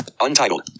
Untitled